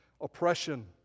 Oppression